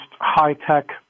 high-tech